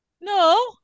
No